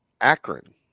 Akron